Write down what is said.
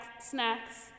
snacks